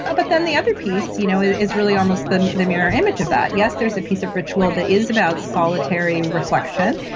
ah but then the other piece you know is really almost the the mirror image of that. yes, there's a piece of ritual that is about solitary reflection,